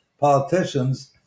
politicians